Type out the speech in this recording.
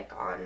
on